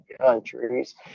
countries